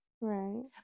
Right